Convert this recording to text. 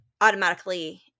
Automatically